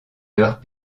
leurs